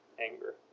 anger